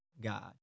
God